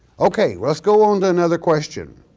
okay let's go on to another question,